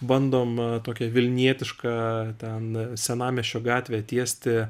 bandom tokią vilnietišką ten senamiesčio gatvę tiesti